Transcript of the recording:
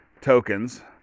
tokens